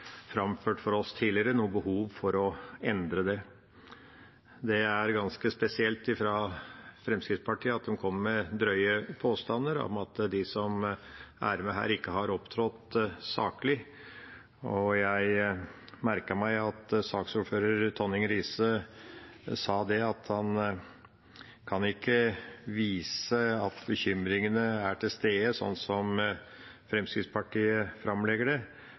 framført for oss noe behov for å endre det. Det er ganske spesielt at Fremskrittspartiet kommer med drøye påstander om at de som er med her, ikke har opptrådt saklig. Jeg merket meg at saksordfører Tonning Riise sa at han ikke kan vise at bekymringene er til stede, sånn som Fremskrittspartiet framlegger det,